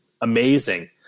amazing